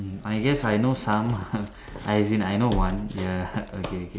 mm I guess I know some as in I know one ya okay okay